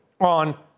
on